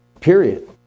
Period